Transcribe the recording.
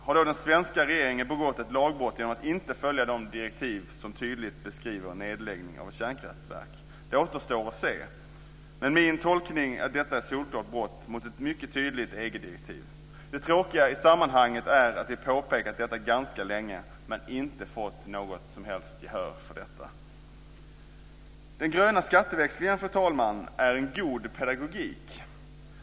Har då den svenska regeringen begått ett lagbrott genom att inte följa de direktiv som tydligt beskriver en nedläggning av ett kärnkraftverk? Det återstår att se. Min tolkning är att detta är ett solklart brott mot ett tydligt EG-direktiv. Det tråkiga i sammanhanget är att vi har påpekat detta ganska länge men inte fått något gehör för det. Fru talman! Den gröna skatteväxlingen är en god pedagogik.